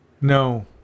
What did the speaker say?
No